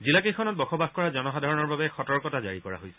জিলাকেইখনত বসবাস কৰা জনসাধাৰণৰ বাবে সতৰ্কতা জাৰি কৰা হৈছে